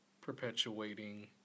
perpetuating